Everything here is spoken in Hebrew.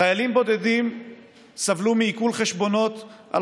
חיילים בודדים סבלו מעיקול חשבונות על